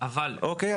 אוקיי?